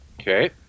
Okay